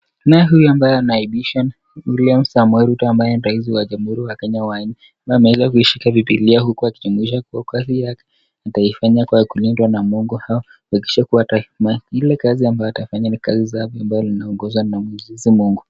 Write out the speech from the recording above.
Naye huyu ambaye anaapishwa ni William Samoei Ruto ambaye ni raisi wa jamuhuri wa Kenya wa nne, ambaye ameweza kuishika bibilia huku akijumisha kua kazi yake ataifanya kwa kulindwa na Mungu au kuhakikishia taifa ile kazi ambayo atafanya ni kazi safi ambayo inaongozwa na Mwenyezi Mungu.